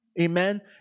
Amen